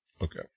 okay